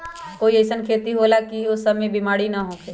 कोई अईसन खेती होला की वो में ई सब बीमारी न होखे?